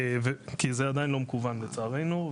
לא, כי זה עדיין לא מקוון, לצערנו.